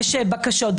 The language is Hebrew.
יש בקשות.